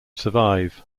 survive